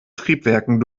triebwerken